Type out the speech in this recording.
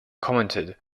commented